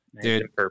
dude